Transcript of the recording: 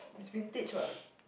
it's vintage what